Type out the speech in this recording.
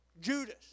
Judas